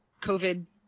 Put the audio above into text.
covid